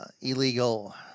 illegal